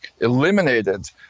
eliminated